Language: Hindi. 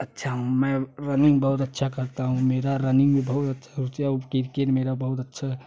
अच्छा हूँ मैं रनिंग बहुत अच्छा करता हूँ मेरा रनिंग में बहुत रूचि है और क्रिकेट मेरा बहुत